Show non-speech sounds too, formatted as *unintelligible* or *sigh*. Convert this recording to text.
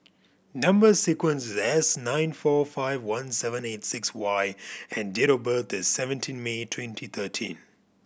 number sequence *unintelligible* nine four five one seven eight six Y and date of birth is seventeen May twenty thirteen